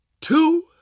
two